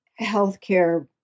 healthcare